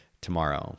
tomorrow